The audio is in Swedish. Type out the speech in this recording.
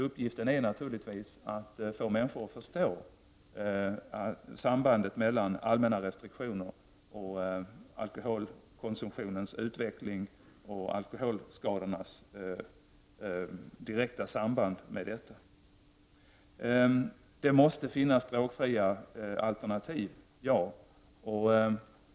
Uppgiften är naturligtvis att få människorna att förstå sambandet mellan allmänna restriktioner, alkoholkonsumtionens utveckling och alkoholskadorna. Det måste finnas drogfria alternativ.